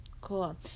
Cool